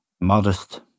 modest